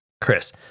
Chris